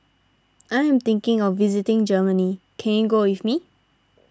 I am thinking of visiting Germany can you go with me